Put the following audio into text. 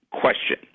question